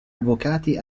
avvocati